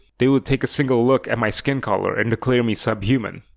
they'd take a single look at my skin color and declare me subhuman.